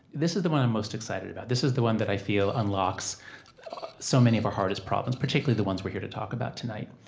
this is the one i'm most excited about. this is the one that i feel unlocks so many of our hardest problems, particularly the ones we're here to talk about tonight.